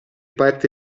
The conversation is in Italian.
parte